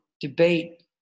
debate